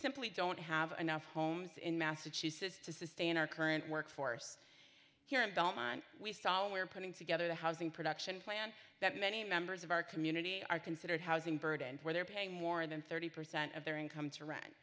simply don't have enough homes in massachusetts to sustain our current workforce here and don we saw we're putting together the housing production plan that many members of our community are considered housing burdened where they're paying more than thirty percent of their income to rent